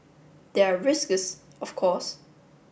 there are risks of course